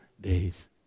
days